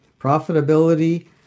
Profitability